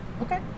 Okay